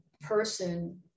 person